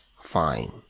fine